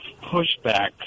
pushback